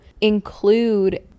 include